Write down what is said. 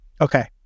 okay